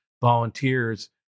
volunteers